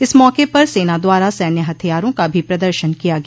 इस मौके पर सेना द्वारा सैन्य हथियारों का भी प्रदर्शन किया गया